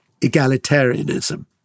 egalitarianism